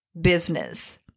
business